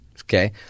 Okay